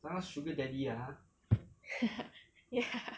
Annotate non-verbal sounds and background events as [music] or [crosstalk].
[laughs] yeah